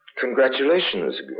congratulations